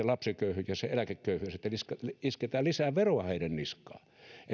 lapsiköyhyys ja eläkeköyhyys sillä parane että isketään lisää veroa heidän niskaansa